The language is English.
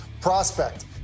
prospect